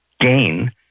gain